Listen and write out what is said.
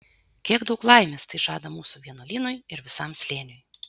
kiek daug laimės tai žada mūsų vienuolynui ir visam slėniui